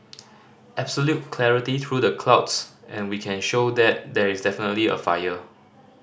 absolute clarity through the clouds and we can show that there is definitely a fire